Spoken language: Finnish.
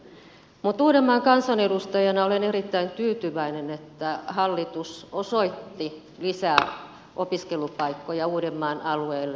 mutta uudenmaan kansanedustajana olen erittäin tyytyväinen että hallitus osoitti lisää opiskelupaikkoja uudenmaan alueelle